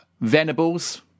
Venables